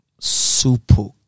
super